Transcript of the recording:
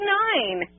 nine